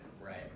Right